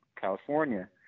California